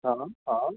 हाँ हाँ हाँ